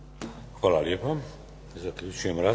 Hvala lijepo. Zaključujem raspravu.